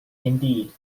indeed